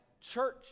church